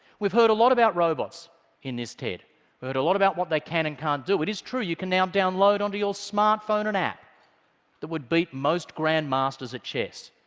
we've heard a lot about robots in this ted. we've heard a lot about what they can and can't do. it is true, you can now download onto your smartphone an app that would beat most grandmasters at chess.